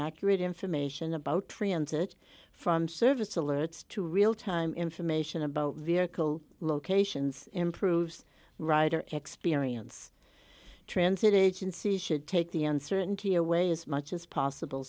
inaccurate information about transit from service alerts to real time information about vehicle locations improves rider experience transit agency should take the uncertainty away as much as possible